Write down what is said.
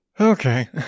Okay